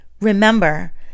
Remember